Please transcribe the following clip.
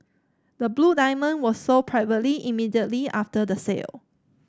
the blue diamond was sold privately immediately after the sale